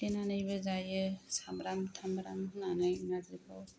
सिफ्लेनानैबो जायो सामब्राम थामब्राम होनानै नारजिखौ